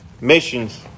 missions